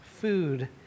food